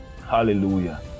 hallelujah